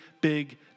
big